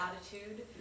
attitude